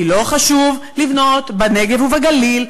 כי לא חשוב לבנות בנגב ובגליל,